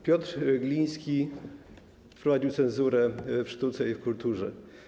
Piotr Gliński wprowadził cenzurę w sztuce i kulturze.